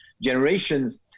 generations